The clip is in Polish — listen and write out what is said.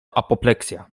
apopleksja